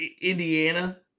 Indiana